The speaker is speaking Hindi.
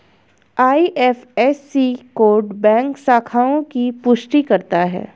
आई.एफ.एस.सी कोड बैंक शाखाओं की पुष्टि करता है